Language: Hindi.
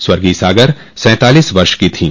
स्वर्गीय सागर सैंतालीस वर्ष की थीं